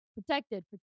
Protected